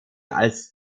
als